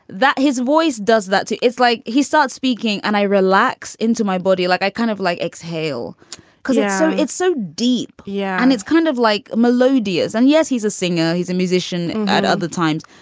that his voice does that, too. it's like he starts speaking and i relax into my body. like i kind of like exhale because it's so it's so deep. yeah. and it's kind of like a melodious. and yes, he's a singer. he's a musician. at other times.